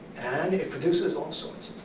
and it produces all sorts